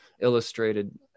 illustrated